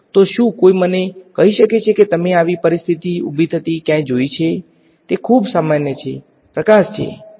તો શું કોઈ મને કહી શકે કે તમે આવી પરિસ્થિતિ ઉભી થતી ક્યાંય જોઈ છેતે ખૂબ જ સામાન્ય છેપ્રકાશ છે